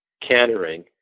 cantering